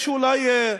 יש אולי,